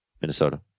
Minnesota